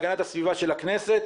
הביקורת לא במקומה,